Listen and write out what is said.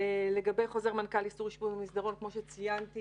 לגבי חוזר מנכ"ל איסור אשפוז במסדרון, כפי שציינתי